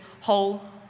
Whole